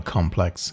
Complex